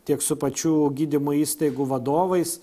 tiek su pačių gydymo įstaigų vadovais